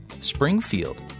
Springfield